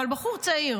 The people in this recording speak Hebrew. אבל בחור צעיר